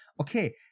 Okay